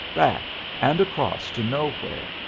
back, and across to nowhere,